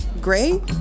gray